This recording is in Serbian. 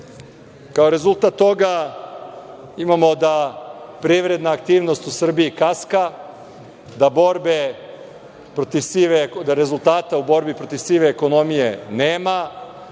Kao rezultat toga imamo da privredna aktivnost u Srbiji kaska, da rezultata borbe protiv sive ekonomije nema,